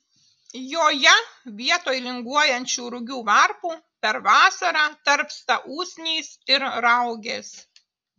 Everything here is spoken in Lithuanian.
joje vietoj linguojančių rugių varpų per vasarą tarpsta usnys ir raugės